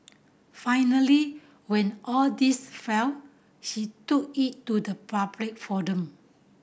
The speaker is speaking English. finally when all this failed she took it to the public forum